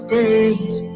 days